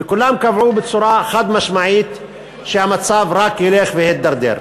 וכולם קבעו בצורה חד-משמעית שהמצב רק ילך ויתדרדר.